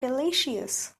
delicious